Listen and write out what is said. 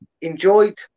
enjoyed